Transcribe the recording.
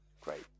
Great